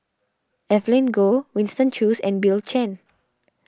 Evelyn Goh Winston Choos and Bill Chen